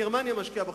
גרמניה משקיעה בחינוך.